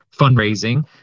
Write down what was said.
fundraising